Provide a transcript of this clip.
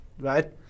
right